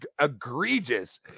egregious